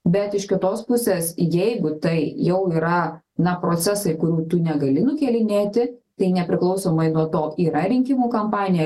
bet iš kitos pusės jeigu tai jau yra na procesai kurių tu negali nukėlinėti tai nepriklausomai nuo to yra rinkimų kampanija